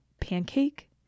pancake